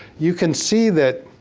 you can see that,